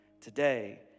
Today